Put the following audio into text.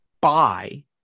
buy